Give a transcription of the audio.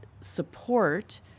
support